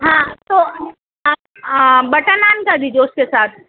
ہاں تو آپ بٹر نان کر دیجئے اس کے ساتھ